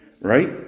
Right